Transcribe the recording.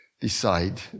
decide